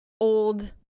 Old